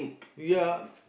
ya